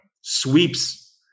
sweeps